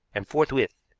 and forthwith.